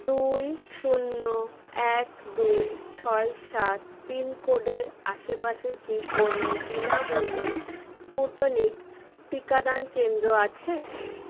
দুই শূন্য এক দুই ছয় সাত পিনকোডের আশেপাশে কি কোনও বিনামূল্যে স্পুটনিক টিকাদান কেন্দ্র আছে